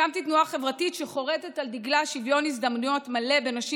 הקמתי תנועה חברתית שחורתת על דגלה שוויון הזדמנויות מלא בין נשים